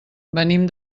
venim